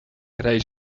reis